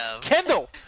Kendall